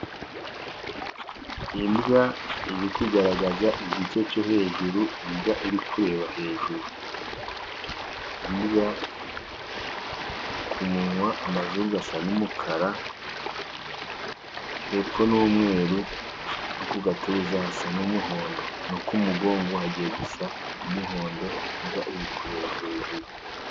Imbwa iri kugaragaza igice cyo hejuru, imbwa iri kureba hejuru. Imbwa ku munwa, amazuru asa n'umukara, hepfo ni umweru, no ku gatuza hasa n'umuhondo, no ku mugongo hagiye gusa umuhondo, imbwa iri kureba hejuru.